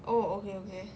oh okay okay